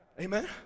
Amen